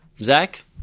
Zach